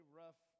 rough